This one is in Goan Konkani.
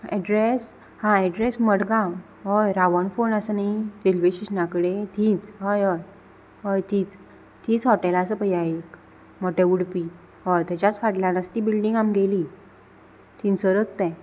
एड्रॅस हा एड्रॅस मडगांव होय रावणफोंड आसा न्ही रेल्वे स्टेशना कडेन थींच हय हय हय थींच थींच हॉटॅल आसा पया एक मोटें उडपी हय तेज्याच फाटल्यान आस ती बिल्डींग आमी गेली थिंगसरत तें